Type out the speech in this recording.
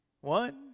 One